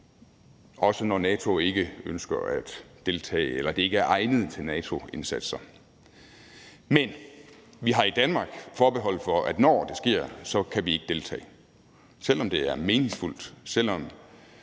også når NATO ikke ønsker at deltage eller det ikke er egnet til NATO-indsatser. Men i Danmark har vi et forbehold for, at når det sker, kan vi ikke deltage, selv om det er meningsfuldt, selv om